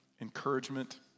encouragement